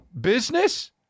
business